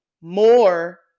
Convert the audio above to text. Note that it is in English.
more